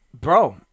bro